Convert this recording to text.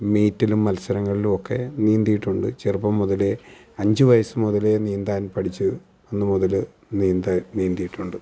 മീറ്റിലും മത്സരങ്ങളിലുമൊക്കെ നീന്തിയിട്ടുണ്ട് ചെറുപ്പം മുതലേ അഞ്ചു വയസ്സ് മുതലേ നീന്താൻ പഠിച്ചു അന്നു മുതൽ നീന്തിയിട്ടുണ്ട്